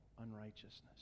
unrighteousness